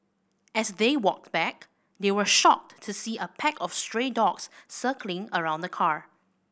as they walked back they were shocked to see a pack of stray dogs circling around the car